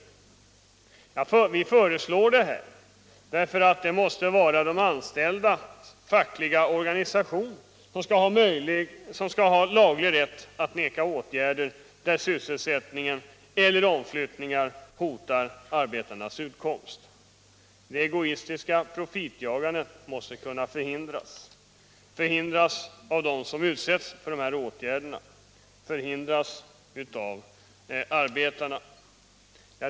Vi föreslår detta därför att det måste vara de anställdas fackliga organisation som skall ha laglig rätt att neka åtgärder där nedläggning av sysselsättningen eller omflyttningar hotar arbetarnas utkomst. Det egoistiska profitjagandet måste kunna förhindras — för hindras av dem som utsätts för dessa åtgärder, förhindras av arbetarna.